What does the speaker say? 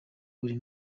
buri